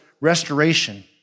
restoration